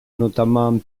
notamment